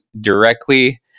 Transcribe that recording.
directly